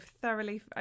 thoroughly